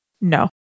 No